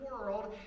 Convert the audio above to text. world